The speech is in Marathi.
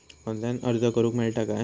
ऑनलाईन अर्ज करूक मेलता काय?